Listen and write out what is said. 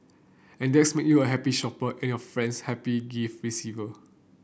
and that's make you a happy shopper and your friends happy gift receiver